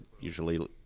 usually